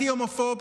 הכי הומופוב,